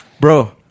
Bro